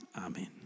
Amen